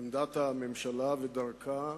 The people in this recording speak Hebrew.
עמדת הממשלה ודרכה